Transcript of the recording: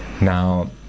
Now